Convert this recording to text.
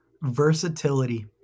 versatility